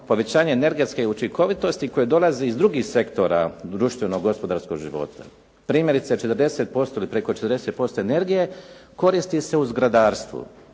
povećanje energetske učinkovitosti koja dolazi iz drugih sektora društveno-gospodarskog života. Primjerice, 40% ili preko 40% energije koristi se u zgradarstvu